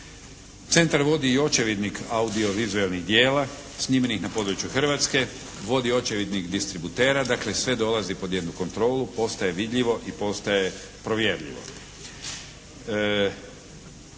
Centar vodi i očevidnik audiovizualnih djela snimljenih na području Hrvatske, vodi očevidnih distributera, dakle sve dolazi pod jednu kontrolu, postaje vidljivo i postaje provjerljivo.